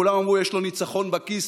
כולם אמרו: יש לו ניצחון בכיס,